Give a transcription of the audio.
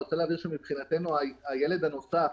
אבל אני רוצה להבהיר שמבחינתנו הילד הנוסף,